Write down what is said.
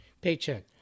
paycheck